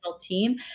team